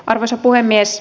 arvoisa puhemies